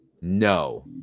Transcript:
No